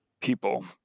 people